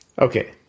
Okay